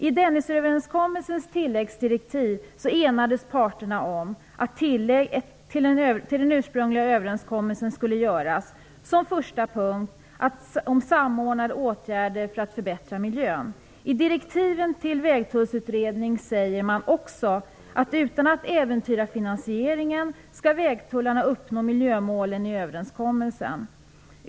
I Dennisöverenskommelsens tilläggsdirektiv enades parterna om att tillägg till den ursprungliga överenskommelsen skulle göras, som första punkt om samordnade åtgärder för att förbättra miljön. I direktiven till Vägtullsutredningen säger man också att utan att äventyra finansieringen skall vägtullarna uppnå miljömålen i överenskommelsen.